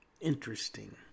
interesting